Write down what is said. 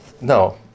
No